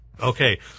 Okay